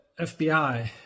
FBI